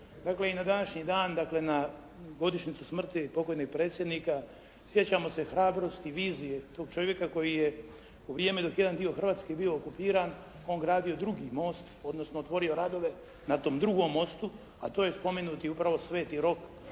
dakle i na današnji dan dakle na godišnjicu smrti pokojnog predsjednika sjećamo se hrabrosti vizije tog čovjeka koji je u vrijeme dok je jedan dio Hrvatske bio okupiran on gradio drugi most odnosno otvorio radove na tom drugom mostu a to je spomenuti upravo Sveti Rok